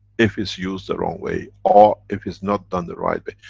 if it's used the wrong way or if it's not done the right way,